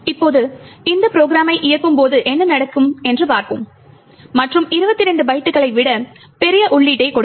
இப்போது இந்த ப்ரோகிராம்மை இயக்கும் போது என்ன நடக்கும் என்று பார்ப்போம் மற்றும் 22 பைட்டுகளை விட பெரிய உள்ளீட்டை கொடுங்கள்